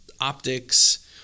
optics